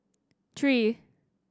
three